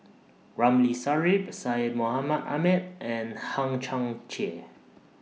Ramli Sarip Syed Mohamed Ahmed and Hang Chang Chieh